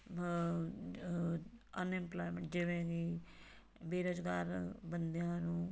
unemployment ਜਿਵੇਂ ਕਿ ਬੇਰੁਜ਼ਗਾਰ ਬੰਦਿਆਂ ਨੂੰ